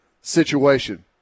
situation